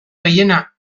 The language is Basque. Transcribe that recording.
gehiena